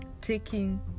taking